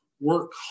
work